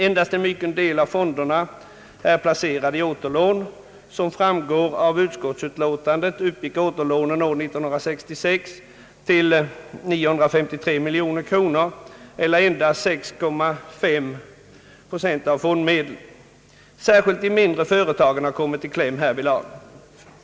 Endast en mycket liten del av fonderna är placerade i återlån. Som framgår av utskottsutlåtandet uppgick återlånen år 1966 till 953 miljoner kronor eller endast 6,5 procent av fondmedlen. Särskilt de mindre företagen har kommit i kläm härvidlag.